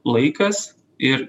laikas ir